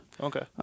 Okay